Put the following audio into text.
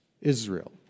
Israel